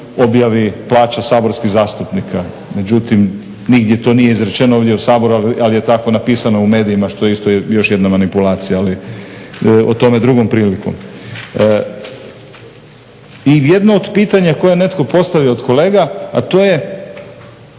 objavi plaća saborskih zastupnika. Međutim, nigdje to nije izrečeno ovdje u Saboru ali je tako napisano u medijima što je isto još jedna manipulacija. Ali o tome drugom prilikom. I jedno od pitanja koje je netko postavio od kolega, a to je